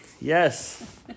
Yes